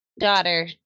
daughter